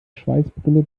schweißbrille